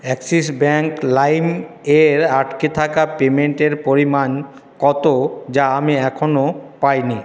Axis bank লাইমের আটকে থাকা পেমেন্টের পরিমাণ কতো যা আমি এখনো পাইনি